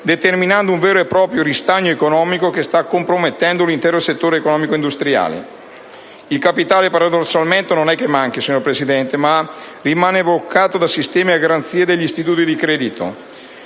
determinando un vero e proprio ristagno economico che sta compromettendo l'intero settore economico-industriale. Il capitale, paradossalmente, non è che manchi, ma rimane bloccato dai sistemi a garanzia degli istituti di credito.